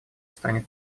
станет